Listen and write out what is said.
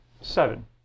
Seven